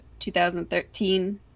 2013